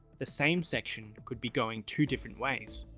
the same section could be going two different ways.